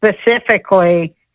specifically